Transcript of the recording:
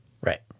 Right